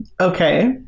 Okay